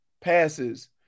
passes